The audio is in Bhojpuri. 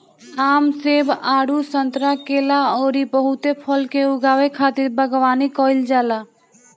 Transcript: आम, सेब, आडू, संतरा, केला अउरी बहुते फल के उगावे खातिर बगवानी कईल जाला